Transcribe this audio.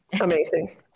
Amazing